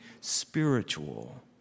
spiritual